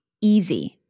easy